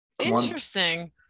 Interesting